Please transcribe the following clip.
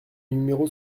numéro